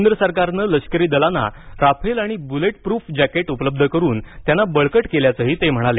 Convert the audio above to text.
केंद्र सरकारनं लष्करी दलांना राफेल आणि बुलेट प्रूफ जॅकेट उपलब्ध करून त्यांना बळकट केल्याचंही ते म्हणाले